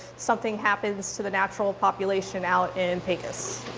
something happens to the natural population out in pecos.